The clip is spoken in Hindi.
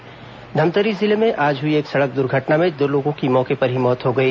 गरियाबंद जिले में आज हुई एक सड़क दुर्घटना में दो लोगों की मौके पर ही मौत हो गई